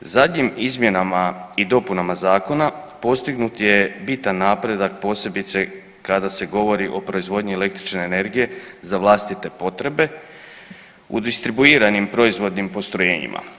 Zadnjim izmjenama i dopunama zakona postignut je bitan napredak posebice kada se govori o proizvodnji električne energije za vlastite potrebe u distribuiranim proizvodnim postrojenjima.